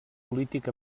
polític